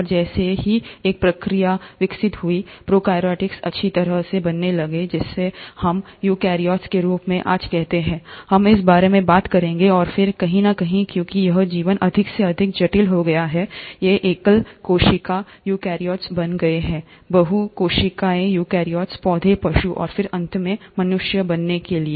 और जैसे ही एक प्रक्रिया विकसित हुई प्रोकार्योट्स अच्छी तरह से बनने लगे जिसे हम यूकार्योट्स के रूप में आज कहते हैं हम इस बारे में बात करेंगे और फिर कहीं न कहीं क्योंकि यह जीवन अधिक से अधिक जटिल हो गया है ये एकल कोशिका यूकेरियोट्स बन गए हैं बहु कोशिकीय यूकेरियोट्स पौधे पशु और फिर अंत में मनुष्य बनने के लिए